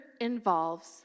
involves